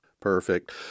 Perfect